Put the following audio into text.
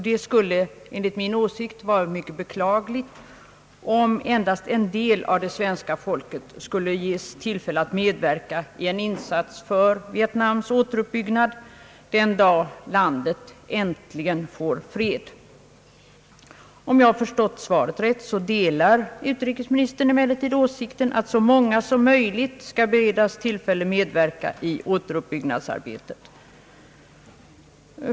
Det vore enligt min åsikt mycket beklagligt, om endast en del av det svenska folket skulle ges tillfälle att medverka i en insats för Vietnams återuppbyggnad den dag landet äntligen får fred. Om jag har förstått svaret rätt delar utrikesministern emellertid åsikten att så många som möjligt skall beredas tillfälle att medverka i återuppbyggnadsarbetet.